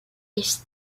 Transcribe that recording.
les